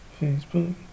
Facebook